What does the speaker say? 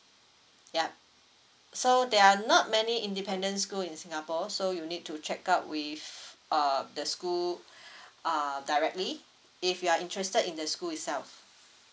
yup so there are not many independent school in singapore so you need to check out with uh the school uh directly if you are interested in the school itself